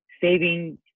saving